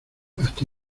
hasta